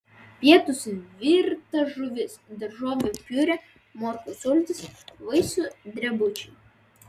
pietūs virta žuvis daržovių piurė morkų sultys vaisių drebučiai